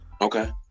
okay